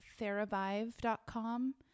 theravive.com